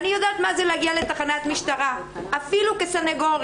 אני יודעת מה זה להגיע לתחנת משטרה אפילו כסניגורית.